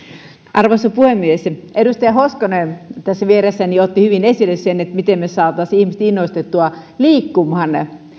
arvoisa puhemies edustaja hoskonen tässä vieressäni otti hyvin esille sen miten me saisimme ihmiset innostettua liikkumaan